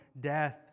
death